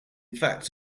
fact